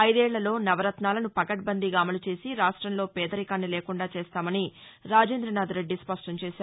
ఐదేళ్లలో నవరత్నాలను పకడ్బందీగా అమలు చేసి రాష్టంలో పేదరికాన్ని లేకుండా చేస్తామని రాజేంద్రనాథ్రెడ్డి స్పష్టంచేశారు